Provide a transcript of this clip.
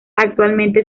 actualmente